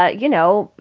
ah you know,